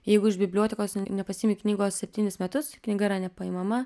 jeigu iš bibliotekos nepasiimi knygos septynis metus knyga yra nepaimama